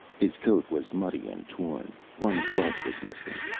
his coat was muddy and torn. one glove was missing.